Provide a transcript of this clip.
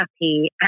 happy